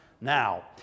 now